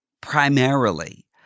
primarily